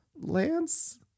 lance